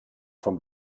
vom